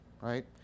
right